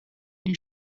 die